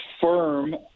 firm